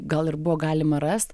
gal ir buvo galima rast